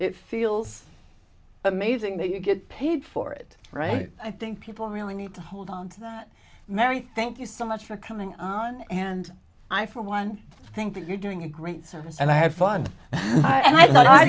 it feels amazing that you get paid for it right i think people really need to hold on to that mary thank you so much for coming on and i for one think that you're doing a great service and i had fun and i thought i